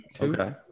Okay